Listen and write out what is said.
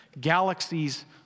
Galaxies